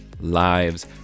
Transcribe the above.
lives